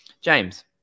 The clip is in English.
James